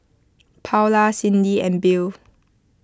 Paola Cindy and Bill